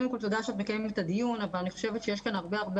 תודה שאת מקיימת את הדיון אבל אני חושבת שיש כאן הרבה-הרבה